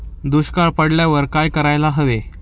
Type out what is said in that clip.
दुष्काळ पडल्यावर काय करायला हवे?